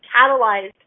catalyzed